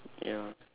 ya